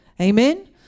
Amen